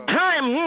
time